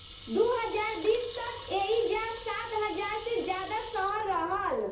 दू हज़ार बीस तक एइजा सात हज़ार से ज्यादा शहर रहल